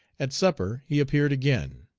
at supper he appeared again.